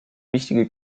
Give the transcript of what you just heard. wichtige